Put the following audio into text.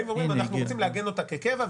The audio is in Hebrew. באים ואומרים: אנחנו רוצים לעגן אותה כקבע,